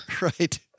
Right